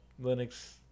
Linux